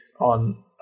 on